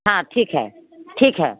हाँ ठीक है ठीक है